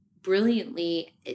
brilliantly